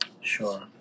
Sure